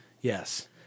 Yes